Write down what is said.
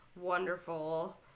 wonderful